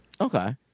Okay